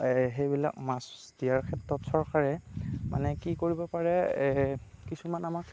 সেইবিলাক মাছ দিয়াৰ ক্ষেত্ৰত চৰকাৰে মানে কি কৰিব পাৰে কিছুমান আমাৰ